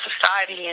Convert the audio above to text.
society